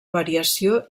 variació